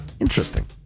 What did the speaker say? interesting